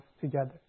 together